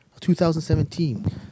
2017